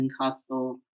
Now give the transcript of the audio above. Castle